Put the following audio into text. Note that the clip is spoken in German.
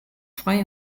frei